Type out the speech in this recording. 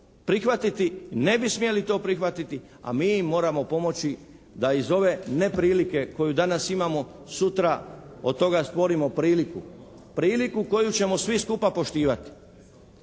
prihvatiti, ne bi smjeli to prihvatiti a mi im moramo pomoći da iz ove neprilike koju danas imamo sutra od toga stvorimo priliku, priliku koju ćemo svi skupa poštivati.